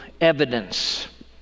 evidence